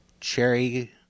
cherry